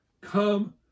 come